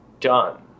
done